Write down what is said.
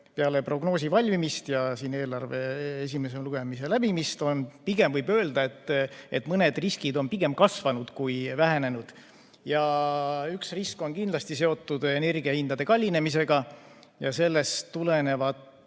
Peale prognoosi valmimist ja eelarve esimese lugemise lõppemist võib öelda, et mõned riskid on pigem kasvanud kui vähenenud. Üks risk on kindlasti seotud energiahindade kallinemisega ja sellest tuleneva